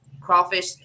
Crawfish